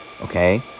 Okay